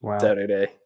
Saturday